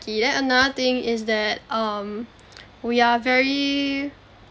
then another thing is that um we are very